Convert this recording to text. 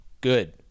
good